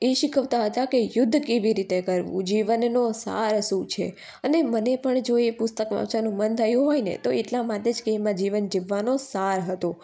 એ શીખવતા હતા કે યુદ્ધ કેવી રીતે કરવું જીવનનો સાર શું છે અને મને પણ જો એ પુસ્તક વાંચવાનું મન થયું હોયને તો એટલાં માટે જ કે એમાં જીવન જીવવાનો સાર હતો